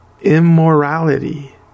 immorality